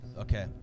Okay